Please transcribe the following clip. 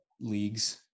leagues